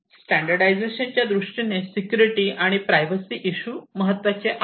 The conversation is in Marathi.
स्टँडर्डायझेशन च्या दृष्टीने सिक्युरिटी आणि प्रायव्हसी इशू महत्त्वाचे आहेत